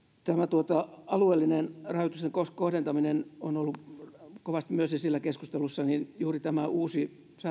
alueellinen rajoitusten kohdentaminen on ollut kovasti esillä keskustelussa ja juuri tämä uusi